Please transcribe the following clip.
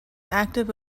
active